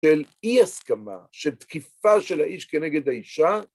של אי הסכמה שתקיפה של האיש כנגד האישה